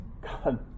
God